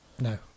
No